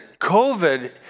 COVID